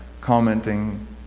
commenting